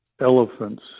Elephants